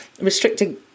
restricting